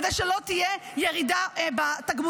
כדי שלא תהיה ירידה בתגמולים.